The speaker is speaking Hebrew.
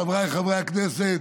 חבריי חברי הכנסת,